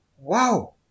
Wow